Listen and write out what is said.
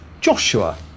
Joshua